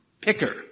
picker